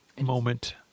moment